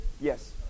yes